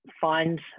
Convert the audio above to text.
find